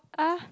uh